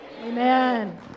Amen